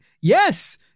Yes